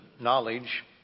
knowledge